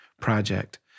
project